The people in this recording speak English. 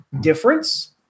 difference